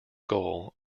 goal